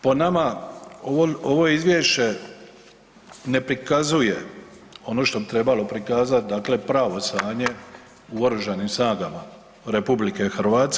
Po nama ovo izvješće ne prikazuje ono što bi trebalo prikazati, dakle pravo stanje u Oružanim snagama RH.